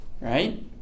right